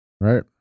Right